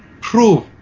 prove